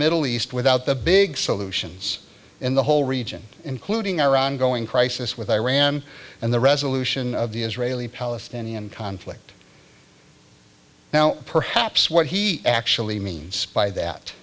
middle east without the big solutions in the whole region including our ongoing crisis with iran and the resolution of the israeli palestinian conflict now perhaps what he actually means by that